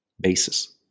basis